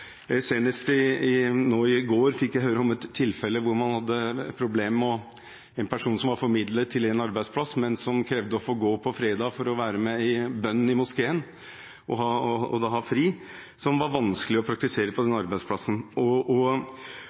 Senest i går fikk jeg høre om et tilfelle hvor man hadde problemer med en person som var formidlet til en arbeidsplass, men som krevde å få fri på fredag for å være med på bønnen i moskeen – noe som var vanskelig å praktisere på den arbeidsplassen – og